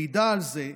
מעידה על זה.